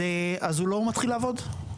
אז הוא לא מתחיל לעבוד?